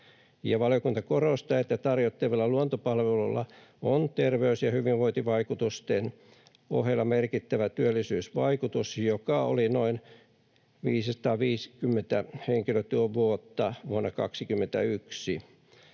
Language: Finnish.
Valiokunta korostaa, että tarjottavilla luontopalveluilla on terveys‑ ja hyvinvointivaikutusten ohella merkittävä työllisyysvaikutus, joka oli noin 550 henkilötyövuotta vuonna 21.